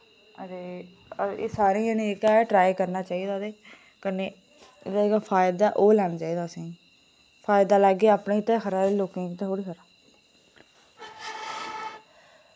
ते एह् सारें जनें जेह्का ए ट्राई करना चाहिदा ते कन्नै इदा जेह्का फायदा ओह् लैना चाहिदा असें फायदा लैगे अपने गित्तै खरा लोकें गित्तै थोह्ड़ी खरा